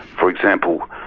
for example,